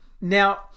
Now